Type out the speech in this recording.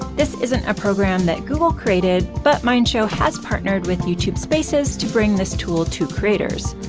this isn't a program that google created but, mind show has partnered with youtube spaces to bring this tool to creators.